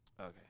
Okay